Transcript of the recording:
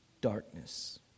darkness